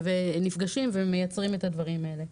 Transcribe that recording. נפגשים ומייצרים את הדברים האלה.